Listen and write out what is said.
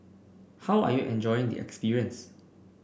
how are you enjoying the experience